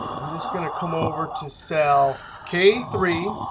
i'm just going to come over to cell k three,